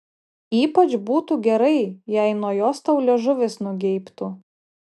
ypač būtų gerai jei nuo jos tau liežuvis nugeibtų